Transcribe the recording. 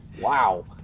wow